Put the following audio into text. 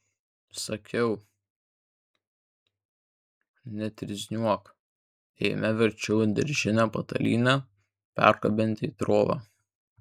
sakiau netrizniuok eime verčiau į daržinę patalynę pargabenti į trobą